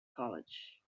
college